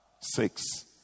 six